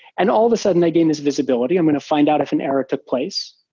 and all of a sudden i gain this visibility. i'm going to find out if an error took place.